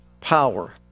power